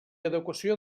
adequació